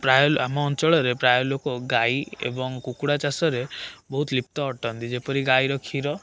ପ୍ରାୟ ଆମ ଅଞ୍ଚଳରେ ପ୍ରାୟ ଲୋକ ଗାଈ ଏବଂ କୁକୁଡ଼ା ଚାଷରେ ବହୁତ ଲିପ୍ତ ଅଟନ୍ତି ଯେପରି ଗାଈର କ୍ଷୀର